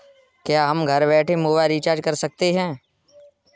क्या हम घर बैठे मोबाइल रिचार्ज कर सकते हैं?